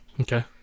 Okay